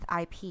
IP